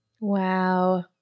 Wow